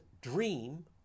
Dream